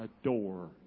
adore